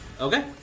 Okay